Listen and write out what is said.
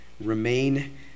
Remain